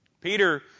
Peter